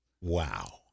Wow